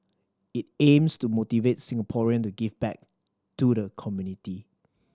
it aims to motivate Singaporean to give back to the community